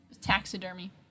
Taxidermy